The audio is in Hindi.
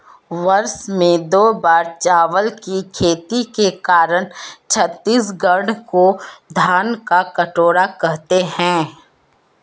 वर्ष में दो बार चावल की खेती के कारण छत्तीसगढ़ को धान का कटोरा कहते हैं